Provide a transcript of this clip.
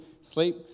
sleep